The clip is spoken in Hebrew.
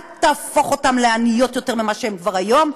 אל תהפוך אותן לעניות יותר מכפי שהן כבר היום,